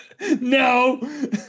No